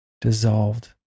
dissolved